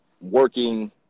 working